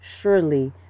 surely